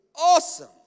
awesome